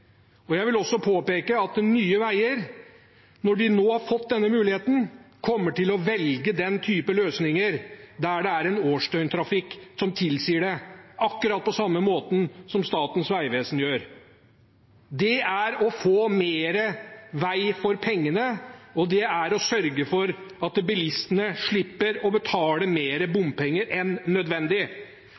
Jeg vil også påpeke at Nye Veier, når de nå har fått denne muligheten, kommer til å velge den typen løsninger der det er en årsdøgntrafikk som tilsier det, akkurat på samme måten som Statens vegvesen gjør. Det er å få mer vei for pengene, og det er å sørge for at bilistene slipper å betale mer bompenger enn nødvendig.